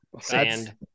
sand